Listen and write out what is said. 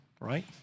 right